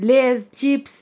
lays chips